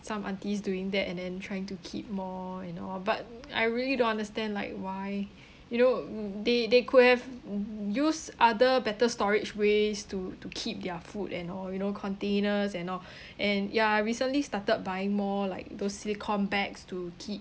some aunties doing that and then trying to keep more and all but I really don't understand like why you know they they could have u~ used other better storage ways to to keep their food and all you know containers and all and ya I recently started buying more like those silicone bags to keep